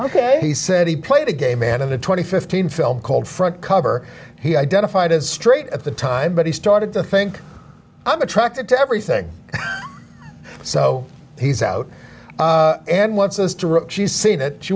ok he said he played a gay man in a twenty fifteen film called front cover he identified as straight at the time but he started to think i'm attracted to everything so he's out and wants us to rip she's seen it she